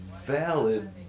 valid